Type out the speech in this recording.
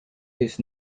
his